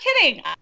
kidding